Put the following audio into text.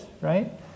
right